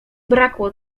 brakło